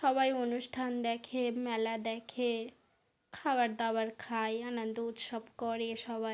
সবাই অনুষ্ঠান দেখে মেলা দেখে খাবার দাবার খায় আনন্দ উৎসব করে সবাই